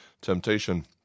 temptation